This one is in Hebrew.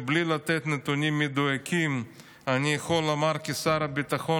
ובלי לתת נתונים מדויקים אני יכול לומר כשר הביטחון